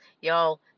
Y'all